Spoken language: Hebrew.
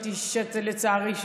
לדעתי,